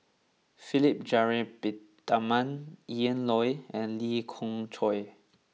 Philip Jeyaretnam Ian Loy and Lee Khoon Choy